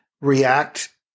react